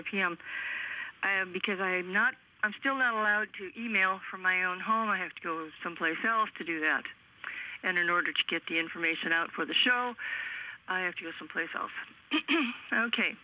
him because i'm not i'm still not allowed to e mail from my own home i have to go someplace else to do that and in order to get the information out for the show i have to go someplace else ok